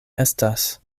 estas